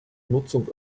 nutzung